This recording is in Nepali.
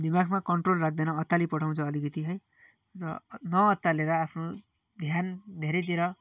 दिमागमा कन्ट्रोल राख्दैन अत्तालिपठाउँछ अलिकति है र नअत्तालेर आफ्नो ध्यान धेरैतिर